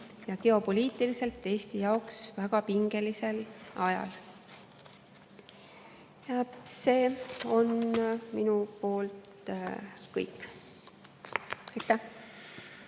ja geopoliitiliselt väga pingelisel ajal. See on minu poolt kõik.